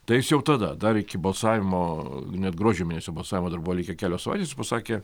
tai jis jau tada dar iki balsavimo net gruodžio mėnesio balsavimo dar buvo likę kelios savaitės jis pasakė